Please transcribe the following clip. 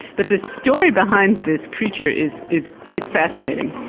but the story behind this creature is is quite fascinating.